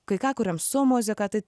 kai ką kuriam su muzika tai